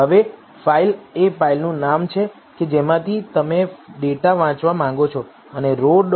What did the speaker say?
હવે ફાઇલ એ ફાઇલનું નામ છે કે જેમાંથી તમે ડેટા વાંચવા માંગો છો અને રો